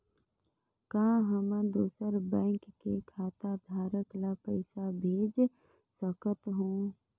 का हमन दूसर बैंक के खाताधरक ल पइसा भेज सकथ हों?